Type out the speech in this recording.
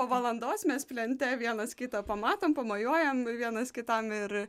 po valandos mes plente vienas kitą pamatom pamojuojam vienas kitam ir